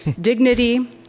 Dignity